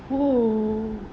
oh